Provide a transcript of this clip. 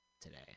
today